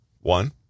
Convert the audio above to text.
One